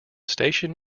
station